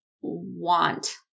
want